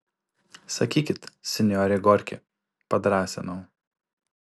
sakykit sinjore gorki padrąsinau